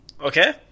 okay